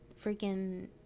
freaking